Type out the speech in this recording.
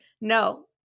no